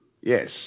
Yes